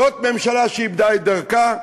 זאת ממשלה שאיבדה את דרכה,